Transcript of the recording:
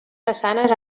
façanes